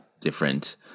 different